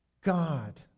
God